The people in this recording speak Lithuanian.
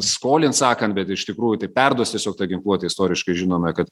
skolint sakant bet iš tikrųjų tai perduos tiesiog tą ginkluotę istoriškai žinome kad